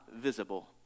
visible